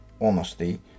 honesty